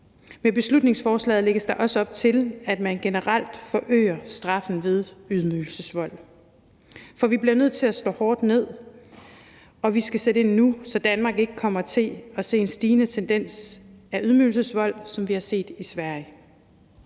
med beslutningsforslaget lægges der også op til, at man generelt forøger straffen ved ydmygelsesvold. For vi bliver nødt til at slå hårdt ned, og vi skal sætte ind nu, så Danmark ikke kommer til at se en stigende tendens til ydmygelsesvold, som vi har set det i Sverige,